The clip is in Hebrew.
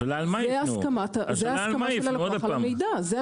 זה הסכמה של הלקוח על המידע, זה השימוש במידע.